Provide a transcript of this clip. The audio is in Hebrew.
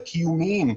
הקיומיים.